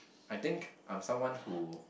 I think I'm someone who